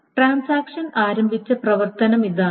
transaction ആരംഭിച്ച പ്രവർത്തനമാണിത്